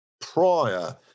prior